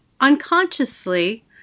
unconsciously